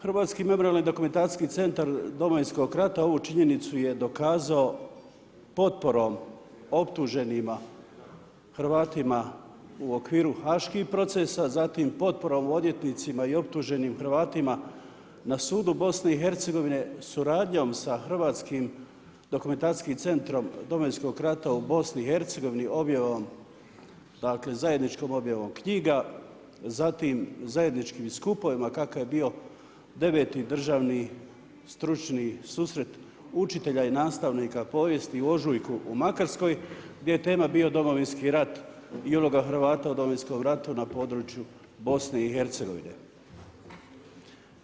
Hrvatski memorijalno-dokumentacijski centar Domovinskog rata ovu činjenicu je dokazao potporom optuženima Hrvatima u okviru haških procesa, zatim potporom odvjetnicima i optuženih Hrvatima na sudu BiH-a suradnjom sa Hrvatskim dokumentacijskim centrom Domovinskog rata u BiH-u zajedničkom objavom knjiga, zatim zajedničkim skupovima kakav je bio 9. državni stručni susret učitelja i nastavnika povijesti u ožujku u Makarskoj gdje je tema bio Domovinski rat i uloga Hrvata u Domovinskom ratu na području BiH-a.